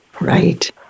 Right